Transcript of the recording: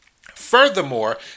Furthermore